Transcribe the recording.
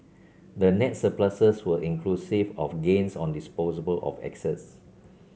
the net surpluses were inclusive of gains on disposal of access